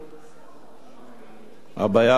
הבעיה השנייה היא